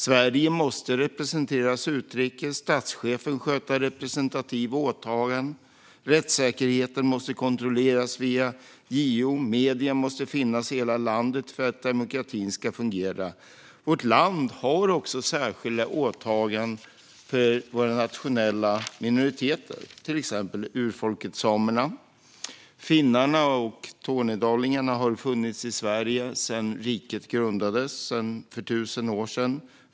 Sverige måste representeras utrikes, statschefen sköta representativa åtaganden, rättssäkerheten kontrolleras via JO samt medier finnas i hela landet för att demokratin ska fungera. Vårt land har också särskilda åtaganden för våra nationella minoriteter, till exempel urfolket samerna. Finnarna och tornedalingarna har funnits i Sverige sedan riket grundades för tusen år sedan.